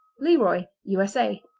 leroy u s a.